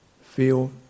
feel